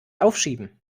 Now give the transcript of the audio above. aufschieben